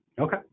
Okay